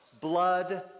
blood